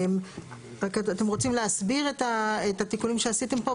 רק אתם רוצים להסביר את התיקונים שעשיתם פה,